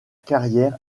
carrière